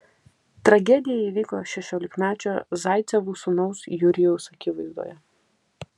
tragedija įvyko šešiolikmečio zaicevų sūnaus jurijaus akivaizdoje